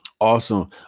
Awesome